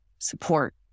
support